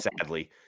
sadly